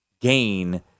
gain